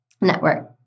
network